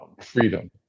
freedom